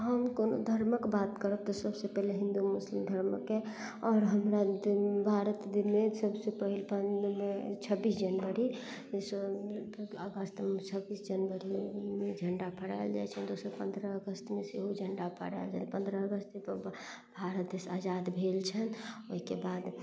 हम कोनो धर्मक बात करब तऽ सभसँ पहिले हिन्दू मुस्लिम धर्मके आओर हमरा भारत दिनमे सभसँ पहिले छब्बीस जनवरी अगस्त छब्बीस जनवरीमे झण्डा फहड़ायल जाइ छनि दोसर पन्द्रह अगस्तमे सेहो झण्डा फहड़ायल जाइ छै पन्द्रह अगस्त भारत देश आजाद भेल छनि ओइके बाद